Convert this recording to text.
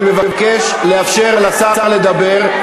אני מבקש לאפשר לשר לדבר.